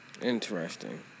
Interesting